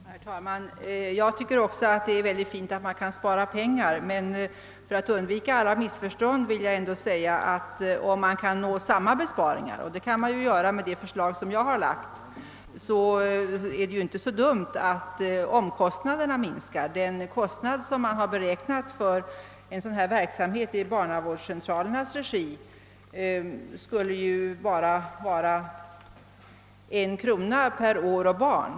Herr talman! Jag tycker också att det är väldigt fint att man kan spara pengar. Men för att undvika alla missförstånd vill jag ändå göra en komplettering. Ty om man kan uppnå samma besparingar, vilket man kan göra med det förslag som jag har lagt fram, så är det ju inte så dumt att omkostnaderna minskar. Den beräknade kostnaden för en sådan här verksamhet i barnavårdscentralernas regi skulle bara uppgå till en krona per år och barn.